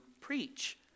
preach